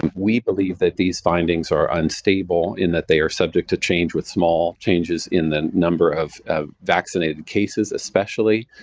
we believe that these findings are unstable in that they are subject to change with small changes in the number of vaccinated cases especially,